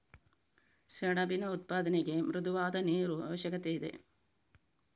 ಸೆಣಬಿನ ಉತ್ಪಾದನೆಗೆ ಮೃದುವಾದ ನೀರು ಅವಶ್ಯಕತೆಯಿದೆ